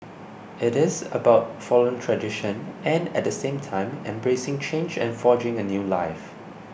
it is about following tradition and at same time embracing change and forging a new life